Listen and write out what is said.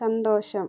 സന്തോഷം